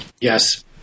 Yes